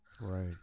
Right